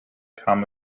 kam